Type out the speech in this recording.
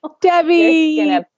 Debbie